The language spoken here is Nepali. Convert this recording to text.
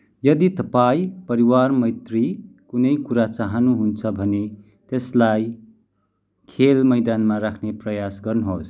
यदि तपाईँँ परिवार मैत्री कुनै कुरा चाहनुहुन्छ भने त्यसलाई खेल मैदानमा राख्ने प्रयास गर्नुहोस्